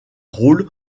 rôle